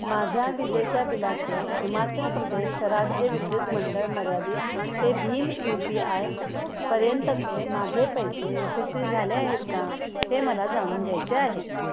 माझ्या विजेच्या बिलाचे हिमाचल प्रदेश राज्य विद्युत मंडळ मर्यादित ते भीम यू पी आय पर्यंतचे माझे पैसे यशस्वी झाले आहेत का हे मला जाणून घ्यायचे आहे